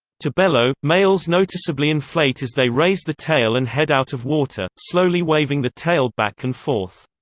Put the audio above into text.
to bellow, males noticeably inflate as they raise the tail and head out of water, slowly waving the tail back and forth.